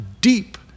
deep